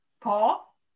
Paul